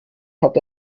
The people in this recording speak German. hat